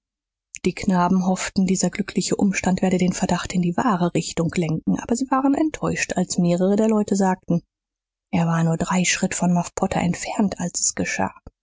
die knaben hofften dieser glückliche umstand werde den verdacht in die wahre richtung lenken aber sie waren enttäuscht als mehrere der leute sagten er war nur drei schritt von muff potter entfernt als es geschah